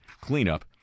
cleanup